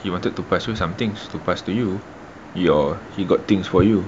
he wanted to pass you something to past to you your he got things for you